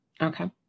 Okay